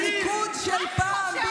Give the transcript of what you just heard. הליכוד של פעם,